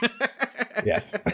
Yes